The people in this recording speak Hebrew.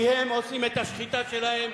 כי הם עושים את השחיטה שלהם,